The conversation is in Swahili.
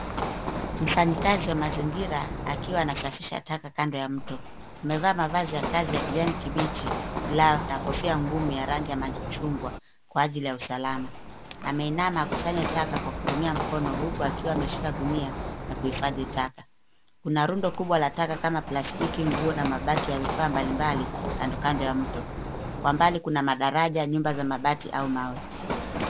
Mfanyikazi wa mazingira akiwa anasafisha takataka kando ya mto amevaa mavazi ya kazi ya kijani kibichi, glavu na kofia ngumu ya rangi ya machungwa kwa ajili ya usalama. Ameinama akusanye taka kwa kutumia mkono huku akiwa ameshika gunia ya kuhifadhi taka. Kuna rundo kubwa la taka kama plastiki, nguo na mabaki ya vifaa mbalimbali kando kando ya mto. Kwa mbali kuna madaraja, nyumba za mabati au mawe.